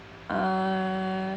uh